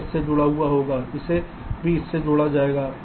यह इससे जुड़ा होगा इसे भी इससे जोड़ा जाएगा